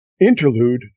interlude